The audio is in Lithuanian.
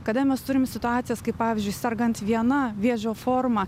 kada mes turim situacijas kai pavyzdžiui sergant viena vėžio forma